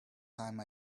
time